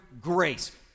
grace